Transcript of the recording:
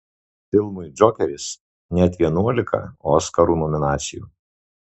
filmui džokeris net vienuolika oskarų nominacijų